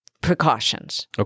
precautions